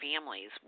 families